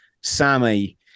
sammy